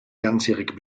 ganzjährig